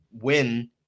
win